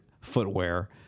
footwear